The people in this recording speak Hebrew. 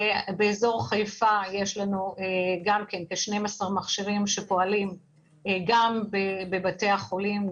באזור חיפה יש לנו כ-12 מכשירים שפועלים גם בבתי החולים,